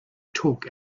talk